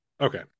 Okay